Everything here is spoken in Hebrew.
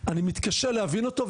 אני מתקשה להבין אותו,